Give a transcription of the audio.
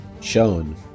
shown